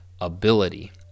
ability